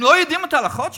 הם לא יודעים את ההלכות שלהם?